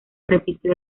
repitió